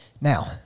Now